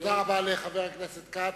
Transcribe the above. תודה רבה לחבר הכנסת כץ.